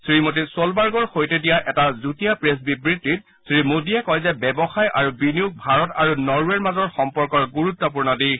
শ্ৰীমতী ছোলবাৰ্গৰ সৈতে দিয়া এটা যুটীয়া প্ৰেছ বিবৃতিত শ্ৰীমোডীয়ে কয় যে ব্যৱসায় আৰু বিনিয়োগ ভাৰত আৰু নৰৱেৰ মাজৰ সম্পৰ্কৰ গুৰুত্বপূৰ্ণ দিশ